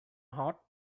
hot